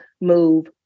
move